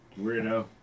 Weirdo